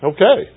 Okay